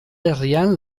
herrian